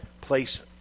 place